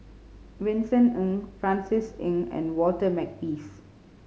Vincent Ng Francis Ng and Walter Makepeace